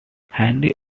henry